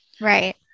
Right